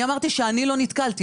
אמרתי שאני לא נתקלתי.